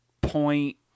point